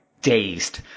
dazed